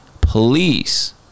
Please